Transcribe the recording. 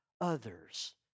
others